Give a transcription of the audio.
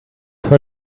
heard